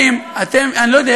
אני לא יודע,